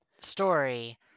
story